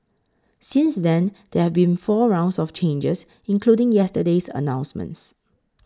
since then there have been four rounds of changes including yesterday's announcements